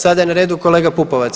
Sada je na redu kolega Pupovac.